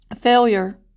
failure